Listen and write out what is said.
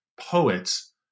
poets